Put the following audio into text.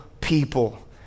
people